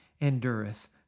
endureth